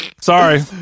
sorry